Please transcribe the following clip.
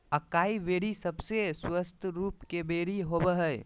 acai berry सबसे स्वस्थ रूप के बेरी होबय हइ